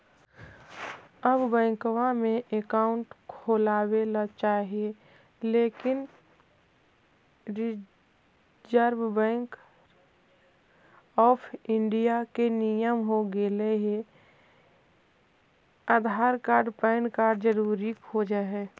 आब बैंकवा मे अकाउंट खोलावे ल चाहिए लेकिन रिजर्व बैंक ऑफ़र इंडिया के नियम हो गेले हे आधार कार्ड पैन कार्ड जरूरी खोज है?